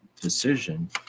decision